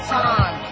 time